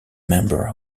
member